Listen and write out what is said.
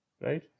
right